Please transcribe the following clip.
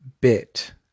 bit